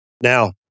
Now